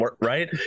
right